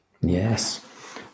yes